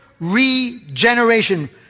regeneration